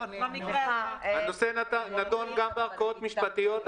הנושא נדון גם בערכאות משפטיות.